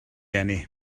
eni